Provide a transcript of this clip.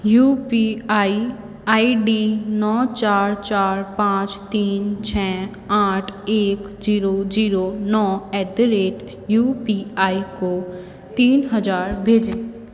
you P I I D नौ चार चार पाँच तीन छः आठ एक ज़ीरो ज़ीरो नौ at the rate U P I I को तीन हज़ार भेजें